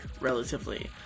relatively